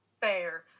fair